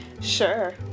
Sure